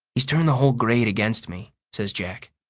he's turned the whole grade against me, says jack.